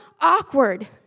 awkward